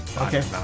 Okay